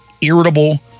irritable